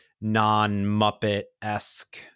non-Muppet-esque